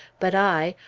but i,